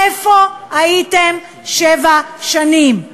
איפה היית שבע שנים?